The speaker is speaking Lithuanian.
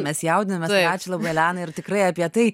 mes jaudinamės tau ačiū labai elena ir tikrai apie tai